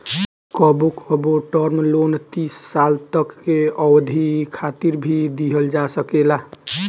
कबो कबो term loan तीस साल तक के अवधि खातिर भी दीहल जा सकेला